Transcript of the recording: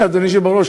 אדוני היושב בראש,